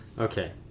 Okay